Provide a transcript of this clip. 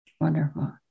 Wonderful